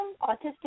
autistic